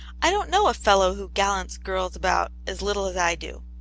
i don't know a fellow who gallants girls about as little as i do.